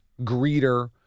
greeter